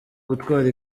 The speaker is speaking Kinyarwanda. gutwara